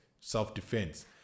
self-defense